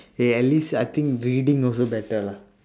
eh at least I think reading also better lah